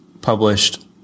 published